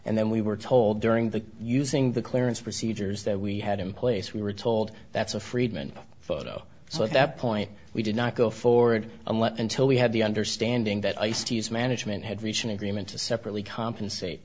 and then we were told during the using the clearance procedures that we had in place we were told that's a friedman photo so at that point we did not go forward until we had the understanding that ice t is management had reached an agreement to separately compensate